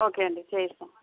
okay అండి చేయిస్తాము